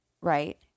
right